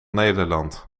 nederland